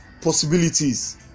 possibilities